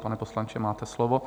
Pane poslanče, máte slovo.